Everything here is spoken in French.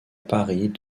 paris